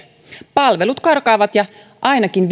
palvelut karkaavat ja ainakin